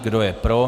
Kdo je pro?